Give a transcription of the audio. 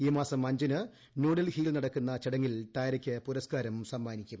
ഈ മാസം അഞ്ചിന് ന്യൂഡൽഹിയിൽ നടക്കുന്ന ചടങ്ങിൽ ടാരെയ്ക്ക് പുരസ്കാരം സമ്മാനിക്കും